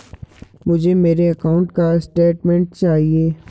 मुझे मेरे अकाउंट का स्टेटमेंट चाहिए?